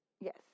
Yes